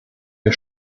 wir